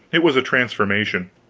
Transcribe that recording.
it was a transformation.